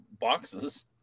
boxes